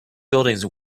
buildings